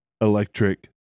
electric